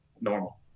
normal